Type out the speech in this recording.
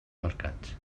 mercats